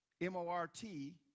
M-O-R-T